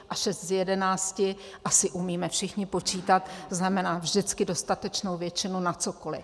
A 6 z 11, asi umíme všichni počítat, znamená vždycky dostatečnou většinu na cokoli.